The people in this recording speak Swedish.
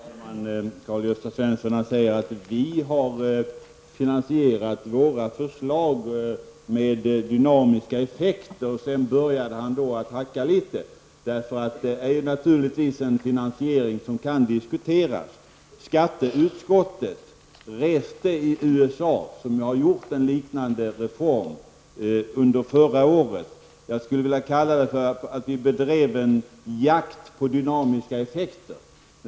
Fru talman! Karl-Gösta Svenson säger att de har finansierat sina förslag med dynamiska effekter men sedan började han att hacka litet, eftersom det naturligtvis är en finansiering som kan diskuteras. Skatteutskottet reste i USA, som ju har genomfört en liknande reform under förra året, och bedrev en, som jag skulle vilja kalla det, jakt på dynamiska effekter.